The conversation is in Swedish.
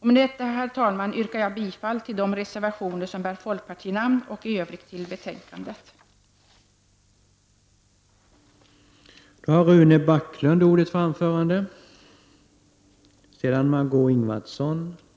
Med detta, herr talman, yrkar jag bifall till de reservationer som bär folkpartinamn och i övrigt till utskottets hemställan.